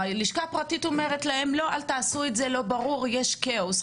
הלשכה הפרטית אומרת להם לא לעשות את זה כי לא ברור ויש כאוס.